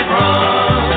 run